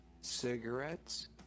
cigarettes